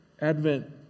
Advent